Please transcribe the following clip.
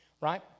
right